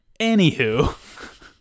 Anywho